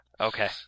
Okay